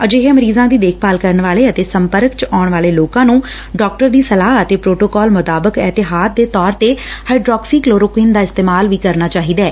ਅਜਿਹੇ ਮਰੀਜਾਂ ਦੀ ਦੇਖਭਾਲ ਕਰਨ ਵਾਲੇ ਅਤੇ ਸੰਪਰਕ ਚ ਆਉਣ ਵਾਲੇ ਲੋਕਾਂ ਨੰ ਡਾਕਟਰ ਦੀ ਸਲਾਹ ਅਤੇ ਪੋਟੋਕਾਲ ਮੁਤਾਬਿਕ ਅਹਿਤਿਆਤ ਦੇ ਤੌਰ ਤੇ ਹਾਈਡਰੋਕਸੀ ਕਲੋਰੋਕੁਈਨ ਦਾ ਇਸਤੇਮਾਲ ਵੀ ਕਰਨਾ ਚਾਹੀਦੈ